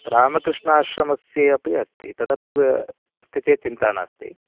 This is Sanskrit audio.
रामकृष्णाश्रमस्य अपि अस्ति तदपि अस्ति चेत् चिन्ता नास्ति